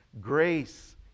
Grace